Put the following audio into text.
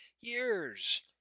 years